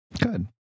Good